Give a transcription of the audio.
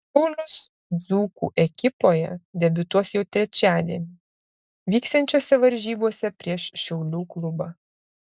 paulius dzūkų ekipoje debiutuos jau trečiadienį vyksiančiose varžybose prieš šiaulių klubą